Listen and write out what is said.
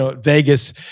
Vegas